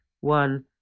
one